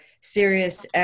serious